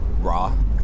raw